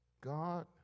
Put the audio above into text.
God